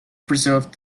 preserved